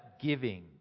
giving